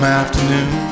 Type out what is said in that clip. afternoon